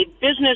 business